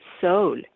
soul